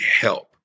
help